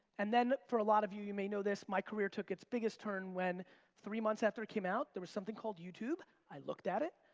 and then for a lot of you, you may know this, my career took it's biggest turn when three months after it came out, there was something called youtube. i looked at it,